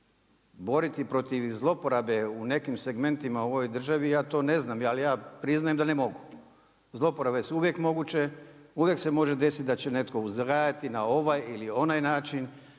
boriti protiv zloporabe u nekim segmentima u ovoj državi, ja to ne znam ali ja priznajem da ne mogu. Zloporabe su uvijek moguće, uvijek se može desiti da će uzgajati na ovaj ili onaj način,